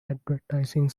advertising